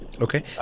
Okay